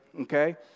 okay